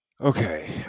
okay